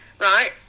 right